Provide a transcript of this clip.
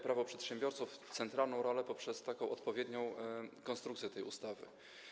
Prawo przedsiębiorców centralną rolę poprzez odpowiednią konstrukcję tej ustawy.